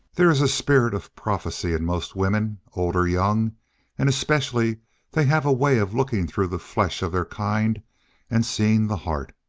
there is a spirit of prophecy in most women, old or young and especially they have a way of looking through the flesh of their kind and seeing the heart.